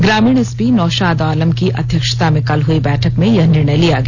ग्रामीण एसपी नौशाद आलम की अध्यक्षता में कल हुई बैठक में यह निर्णय लिया गया